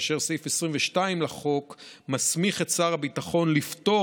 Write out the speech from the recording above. וסעיף 22 לחוק מסמיך את שר הביטחון לפטור